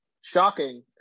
Shocking